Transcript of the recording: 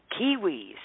kiwis